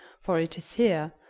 for it is here,